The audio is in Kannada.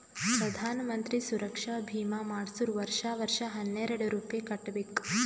ಪ್ರಧಾನ್ ಮಂತ್ರಿ ಸುರಕ್ಷಾ ಭೀಮಾ ಮಾಡ್ಸುರ್ ವರ್ಷಾ ವರ್ಷಾ ಹನ್ನೆರೆಡ್ ರೂಪೆ ಕಟ್ಬಬೇಕ್